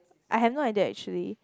I have no idea actually